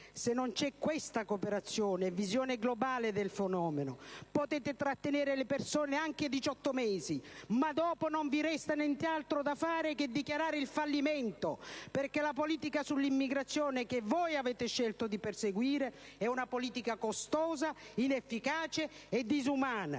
Se non c'è questa cooperazione e visione globale del fenomeno, potete trattenere le persone anche diciotto mesi, ma dopo non vi resterà altro da fare che dichiarare il fallimento, perché la politica sull'immigrazione che avete scelto di perseguire è costosa, inefficace e disumana,